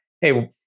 Hey